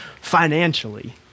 financially